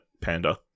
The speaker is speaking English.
panda